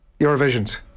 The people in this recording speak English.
Eurovision